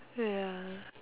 ya